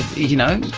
you know,